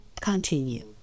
continue